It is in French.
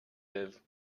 lève